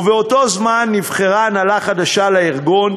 ובאותו זמן נבחרה הנהלה חדשה לארגון.